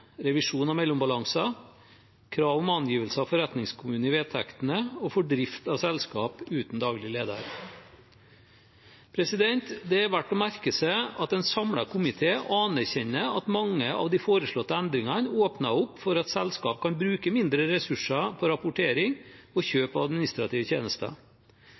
revisjon av mellombalanser, krav om angivelse av forretningskommune i vedtektene og drift av selskap uten daglig leder. Det er verdt å merke seg at en samlet komité anerkjenner at mange av de foreslåtte endringene åpner opp for at selskap kan bruke mindre ressurser på rapportering og kjøp av administrative tjenester.